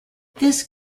this